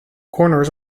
corners